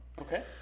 Okay